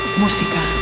música